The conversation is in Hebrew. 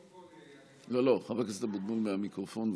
לא, לא, חבר כנסת אבוטבול, מהמיקרופון.